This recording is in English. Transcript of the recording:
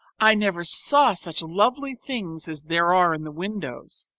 i never saw such lovely things as there are in the windows.